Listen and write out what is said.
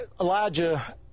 Elijah